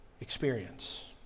experience